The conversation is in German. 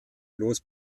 bloß